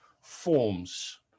forms